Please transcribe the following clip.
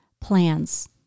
plans